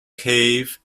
cave